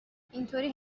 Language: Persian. اینطوری